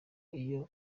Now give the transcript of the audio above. iyo